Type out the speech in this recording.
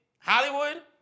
Hollywood